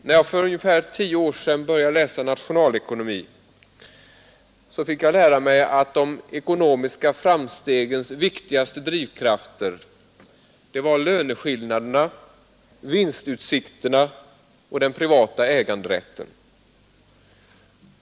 När jag för ungefär tio år sedan började läsa nationalekonomi fick jag lära mig att de ekonomiska framstegens viktigaste drivkrafter var löneskillnaderna, vinstutsikterna och den privata äganderätten.